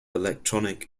electronic